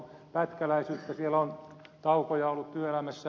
siellä on taukoja ollut työelämässä